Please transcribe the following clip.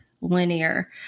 linear